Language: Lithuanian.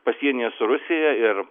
pasienyje su rusija ir